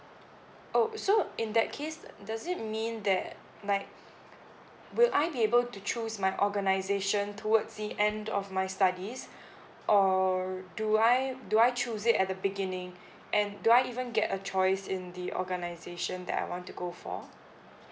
oh so in that case uh does it mean that like will I be able to choose my organisation towards the end of my studies or do I do I choose it at the beginning and do I even get a choice in the organisation that I want to go for